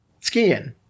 skiing